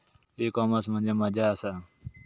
E commerce म्हणजे मझ्या आसा?